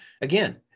again